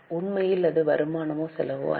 உண்மையில் அது வருமானமோ செலவோ அல்ல